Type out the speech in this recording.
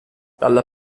dalla